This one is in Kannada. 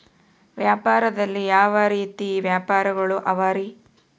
ವ್ಯಾಪಾರದಲ್ಲಿ ಯಾವ ರೇತಿ ವ್ಯಾಪಾರಗಳು ಅವರಿ?